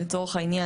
לצורך העניין,